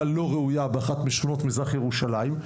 לא ראויה באחת משכונות מזרח ירושלים.